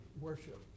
worship